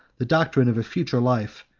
the doctrine of a future life,